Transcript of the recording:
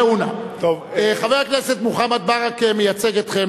ראו נא, חבר הכנסת מוחמד ברכה מייצג אתכם.